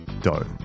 dough